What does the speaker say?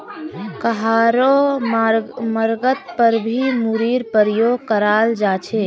कहारो मर्गत पर भी मूरीर प्रयोग कराल जा छे